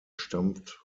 stammt